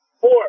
Four